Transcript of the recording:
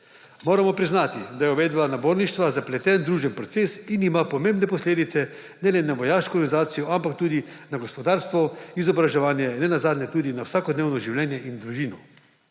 Moramo priznati, da je uvedba naborništva zapleten družben proces in ima pomembne posledice ne le na vojaško organizacijo, ampak tudi na gospodarstvo, izobraževanje in nenazadnje tudi na vsakodnevno življenje in družino.